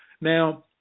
Now